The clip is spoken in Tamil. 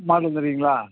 மாற்றம் தெரியுங்களா